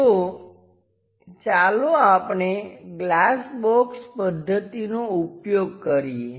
તો ચાલો આપણે ગ્લાસ બોક્સ પદ્ધતિનો ઉપયોગ કરીએ